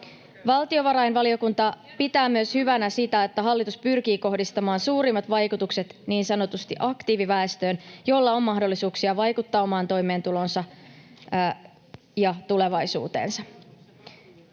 Valtiovarainvaliokunta pitää hyvänä myös sitä, että hallitus pyrkii kohdistamaan suurimmat vaikutukset niin sanotusti aktiiviväestöön, jolla on mahdollisuuksia vaikuttaa omaan toimeentuloonsa ja tulevaisuuteensa.